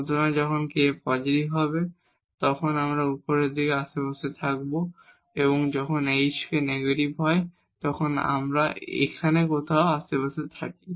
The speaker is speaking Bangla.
সুতরাং যখন k পজিটিভ হয় আমরা উপরের দিকের আশেপাশে থাকি যখন h k নেগেটিভ হয় আমরা এখানে কোথাও আশেপাশে থাকি